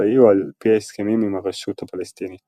צבאי או על-פי הסכמים עם הרשות הפלסטינית.